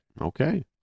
Okay